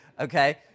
okay